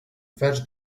fetched